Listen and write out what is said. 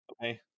Okay